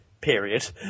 period